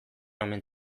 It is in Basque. omen